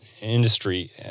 industry